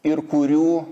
ir kurių